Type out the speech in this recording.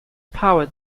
power